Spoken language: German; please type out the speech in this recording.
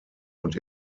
und